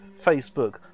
Facebook